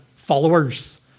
followers